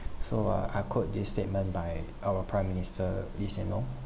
so uh I quote this statement by our prime minister lee hsien loong